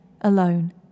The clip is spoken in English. alone